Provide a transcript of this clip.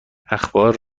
اخبار